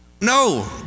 No